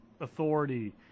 authority